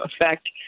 affect